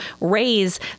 raise